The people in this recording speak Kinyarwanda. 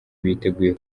biteguye